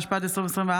התשפ"ד 2024,